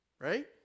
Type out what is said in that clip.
Right